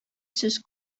сүз